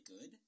good